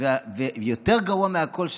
יותר גרוע מהכול,